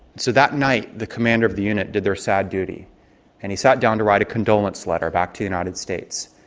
so that night, the commander of the unit did their sad duty and he sat down to write a condolence letter back to the united states.